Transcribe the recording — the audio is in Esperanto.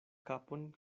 kapon